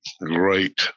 great